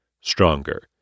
stronger